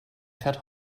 fährt